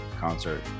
concert